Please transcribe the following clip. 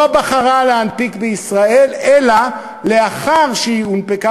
לא בחרה להנפיק בישראל אלא לאחר שהיא הונפקה